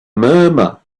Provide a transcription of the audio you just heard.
murmur